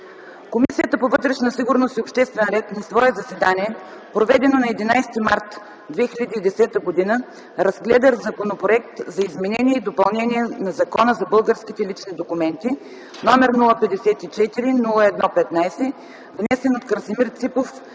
Комисията по вътрешна сигурност и обществен ред на свое заседание, проведено на 11 март 2010 г., разгледа Законопроект за изменение и допълнение на Закона за българските лични документи № 054-01-15, внесен от Красимир Ципов,